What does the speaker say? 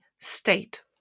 state